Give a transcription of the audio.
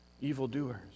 evildoers